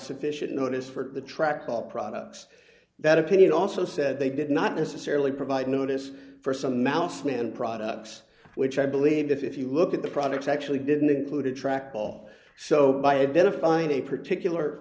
sufficient notice for the trackball products that opinion also said they did not necessarily provide notice for some mouse when products which i believe if you look at the products actually didn't include a trackball so by identifying a particular